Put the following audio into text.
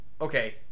okay